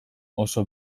oso